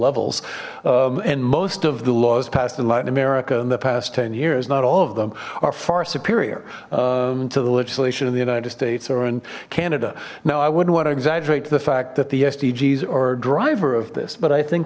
levels and most of the laws passed in latin america in the past ten years not all of them are far superior to the legislation in the united states or in canada now i wouldn't want to exaggerate the fact that the sdgs are a driver of this but i think